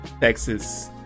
Texas